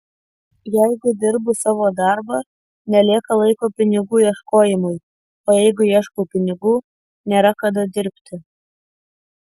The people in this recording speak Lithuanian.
jeigu dirbu savo darbą nelieka laiko pinigų ieškojimui o jeigu ieškau pinigų nėra kada dirbti